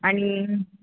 आणि